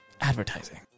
Advertising